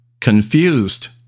confused